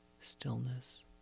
stillness